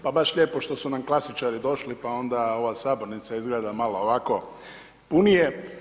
Pa baš lijepo što su nam klasičari došli pa onda ova sabornica izgleda malo ovako punije.